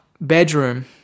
bedroom